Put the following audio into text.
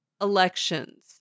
elections